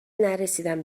نرسیدم